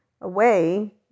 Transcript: away